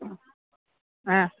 ആ